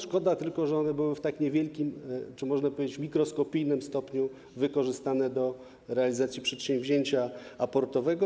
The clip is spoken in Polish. Szkoda tylko, że one były w tak niewielkim czy, można powiedzieć, mikroskopijnym stopniu wykorzystane do realizacji przedsięwzięcia aportowego.